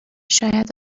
شاید